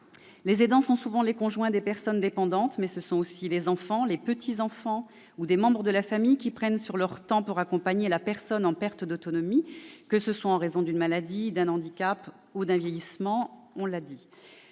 les aidants sont souvent les conjoints des personnes dépendantes, mais ce sont aussi les enfants, les petits-enfants ou des membres de la famille qui prennent sur leur temps pour accompagner la personne en perte d'autonomie, que ce soit en raison d'une maladie, d'un handicap ou du vieillissement. Selon la